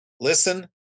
listen